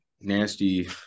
nasty